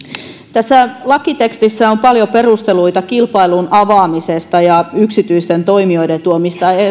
tässä lakitekstissä on paljon perusteluita kilpailun avaamisesta ja yksityisten toimijoiden tuomista